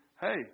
hey